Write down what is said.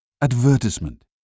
Advertisement